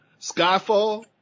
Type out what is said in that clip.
Skyfall